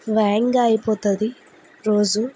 వేగంగా అయిపోతుంది రోజు